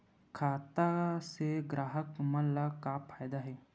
खाता से ग्राहक मन ला का फ़ायदा हे?